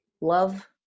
love